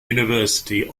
university